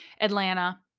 Atlanta